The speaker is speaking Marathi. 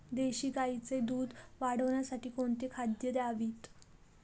देशी गाईचे दूध वाढवण्यासाठी कोणती खाद्ये द्यावीत?